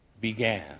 began